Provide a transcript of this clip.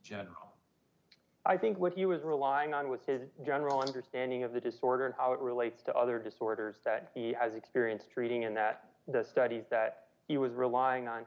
judge i think what he was relying on with his general understanding of the disorder and how it relates to other disorders that he has experience treating and that the studies that he was relying on